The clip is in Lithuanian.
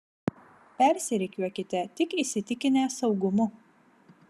persirikiuokite tik įsitikinę saugumu